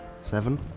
Seven